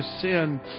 sin